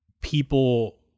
people